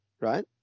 right